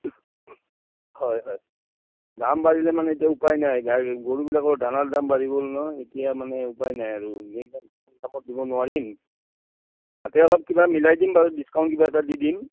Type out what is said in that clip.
হয় হয় দাম বাঢ়িলে মানে এতিয়া উপায় নাই গৰুবিলাকৰ দানাৰ দাম বাঢ়ি গ'ল ন এতিয়া মানে উপায় নাই আৰু কম দামত দিব নোৱাৰিম তাতে অলপ কিবা মিলাই দিম বাৰু ডিচকাউণ্ট কিবা এটা দি দিম